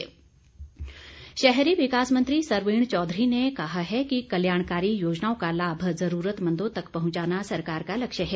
सरवीण चौधरी शहरी विकास मंत्री सरवीण चौधरी ने कहा है कि कल्याणकारी योजनाओं का लाभ जरूरतमंदों तक पहुंचाना सरकार का लक्ष्य है